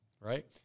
right